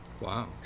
Wow